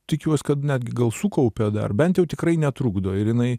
tikiuos kad netgi gal sukaupia dar bent jau tikrai netrukdo ir jinai